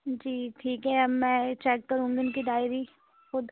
جی ٹھیک ہے میں چیک كروں گی اُن كی ڈائری خود